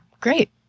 Great